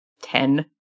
ten